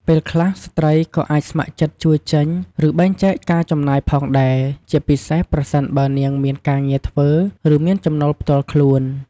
ពេលខ្លះ ស្ត្រីក៏អាចស្ម័គ្រចិត្តជួយចេញ ឬបែងចែកការចំណាយផងដែរ ជាពិសេសប្រសិនបើនាងមានការងារធ្វើ ឬមានចំណូលផ្ទាល់ខ្លួន។